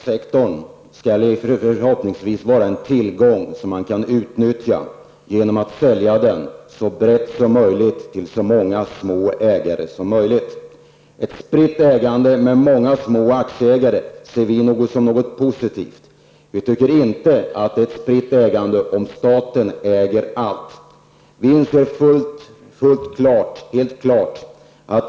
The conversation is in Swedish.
Herr talman! Den statliga företagssektorn skall förhoppningsvis vara en tillgång som kan utnyttjas genom att säljas till så många små ägare som möjligt. Ett spritt ägande med många små aktieägare ser vi som något positivt. Vi tycker inte att det är ett spritt ägande om staten äger allt.